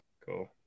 Cool